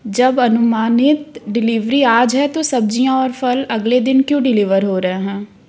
जब अनुमानित डिलीवरी आज है तो सब्ज़ियाँ और फल अगले दिन क्यों डिलीवर हो रहे हैं